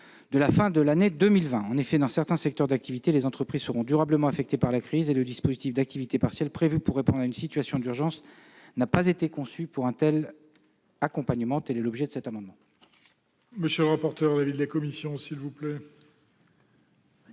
de la fin de l'année 2020. En effet, alors que, dans certains secteurs d'activité, les entreprises seront durablement affectées par la crise, le dispositif actuel d'activité partielle, prévu pour répondre à une situation d'urgence, n'a pas été conçu pour un tel accompagnement. Quel est l'avis de la commission